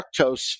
fructose